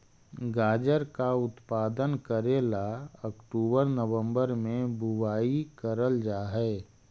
गाजर का उत्पादन करे ला अक्टूबर नवंबर में बुवाई करल जा हई